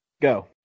go